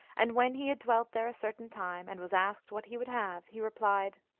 and when he had dwelt there a certain time, and was asked what he would have, he replied,